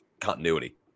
continuity